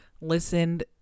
listened